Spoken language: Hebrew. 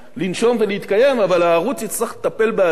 אבל הערוץ יצטרך לטפל בעצמו ולהבריא אותו.